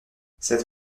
cette